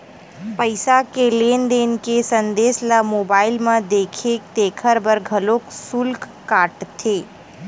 पईसा के लेन देन के संदेस ल मोबईल म देथे तेखर बर घलोक सुल्क काटथे